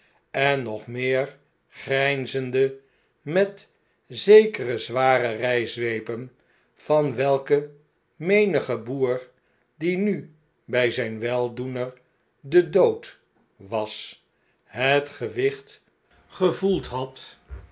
en nog meer grijnzende met zekere zware rjjzwepen van welke menige boer die nu bjj zyn weldoener de dood was het gewicht gevoeld had